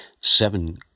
seven